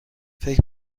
فکر